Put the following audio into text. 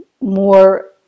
more